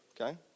okay